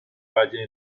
valle